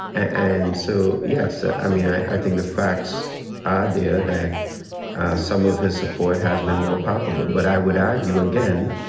and so, yes, ah i mean, i think the facts are there that some of his support has been more palpable. but i would argue, again,